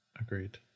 agreed